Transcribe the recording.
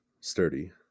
sturdy